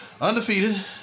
undefeated